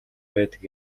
байдаг